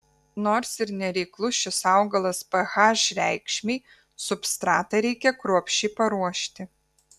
nors ir nereiklus šis augalas ph reikšmei substratą reikia kruopščiai paruošti